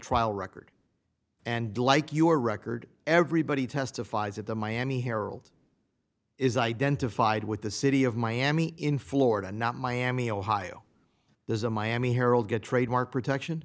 trial record and like your record everybody testifies of the miami herald is identified with the city of miami in florida not miami ohio there's a miami herald good trademark protection